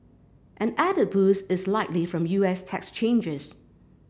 an added boost is likely from U S tax changes